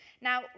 Now